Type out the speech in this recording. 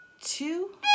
two